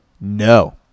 No